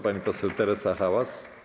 Pani poseł Teresa Hałas.